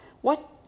What